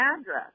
address